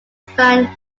fan